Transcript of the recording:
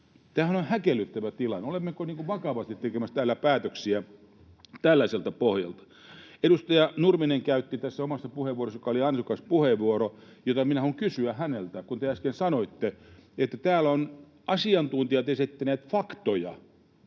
Tämähän on häkellyttävä tilanne. Olemmeko vakavasti tekemässä täällä päätöksiä tällaiselta pohjalta? Edustaja Nurminen käytti tässä puheenvuoron, joka oli ansiokas puheenvuoro, joten minä haluan kysyä häneltä, kun te äsken sanoitte, että täällä ovat asiantuntijat esittäneet faktoja.